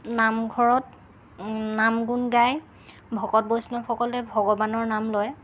নামঘৰত নাম গুণ গাই ভকত বৈষ্ণৱসকলে ভগৱানৰ নাম লয়